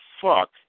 fuck